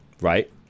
Right